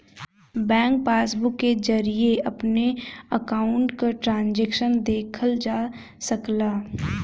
bank passbook के जरिये अपने अकाउंट क ट्रांजैक्शन देखल जा सकला